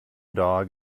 dog